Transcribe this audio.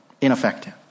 ineffective